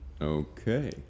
Okay